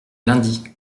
lundi